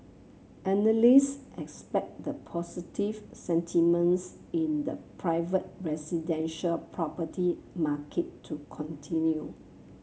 analysts expect the positive sentiments in the private residential property market to continue